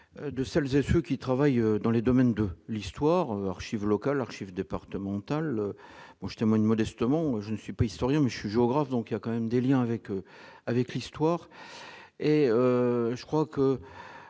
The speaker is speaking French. de celles et ceux qui travaillent dans le domaine de l'histoire archives locales archives départementales, moi je témoigne modestement, je ne suis pas historien mais je suis géographe donc il y a quand même des Liens avec avec l'histoire et je crois que